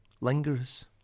lingers